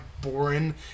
boring